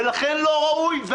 ולכן לא ראוי.